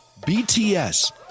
BTS